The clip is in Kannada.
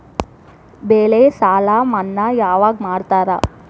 ಬೆಳೆ ಸಾಲ ಮನ್ನಾ ಯಾವಾಗ್ ಮಾಡ್ತಾರಾ?